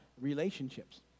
relationships